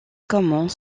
comment